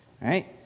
Right